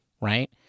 right